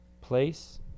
place